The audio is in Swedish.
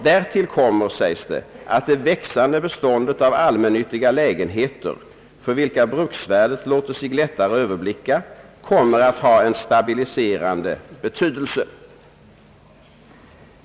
Därtill kommer, sägs det i betänkandet, att det växande beståndet av allmännyttiga lägenheter, för vilka bruksvärdet låter sig lättare överblicka, kommer att ha en stabiliserande betydelse.